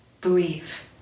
believe